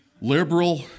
Liberal